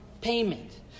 payment